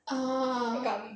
ah